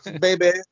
baby